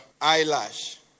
eyelash